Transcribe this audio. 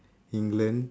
england